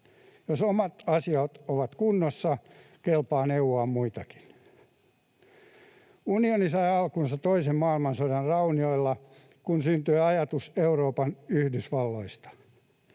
Jos omat asiat ovat kunnossa, kelpaa neuvoa muitakin. Unioni sai alkunsa toisen maailmansodan raunioilla, kun syntyi ajatus Euroopan yhdysvalloista.